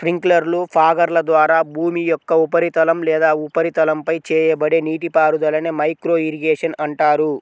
స్ప్రింక్లర్లు, ఫాగర్ల ద్వారా భూమి యొక్క ఉపరితలం లేదా ఉపరితలంపై చేయబడే నీటిపారుదలనే మైక్రో ఇరిగేషన్ అంటారు